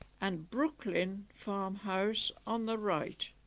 and brooklyn farm house on the right